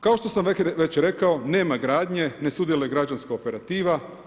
Kao što sam već rekao, nema gradnje, ne sudjeluje građanska operativa.